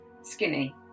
skinny